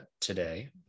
today